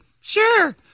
Sure